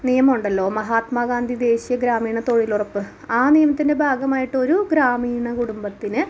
നിയമമുണ്ടല്ലോ മഹാത്മാ ഗാന്ധി ദേശിയ ഗ്രാമീണ തൊഴിലുറപ്പ് ആ നിയമത്തിൻ്റെ ഭാഗമായിട്ടൊരു ഗ്രാമീണ കുടുംമ്പത്തിന്